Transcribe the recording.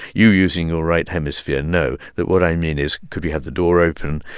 you, using your right hemisphere, know that what i mean is, could we have the door open?